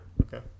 Okay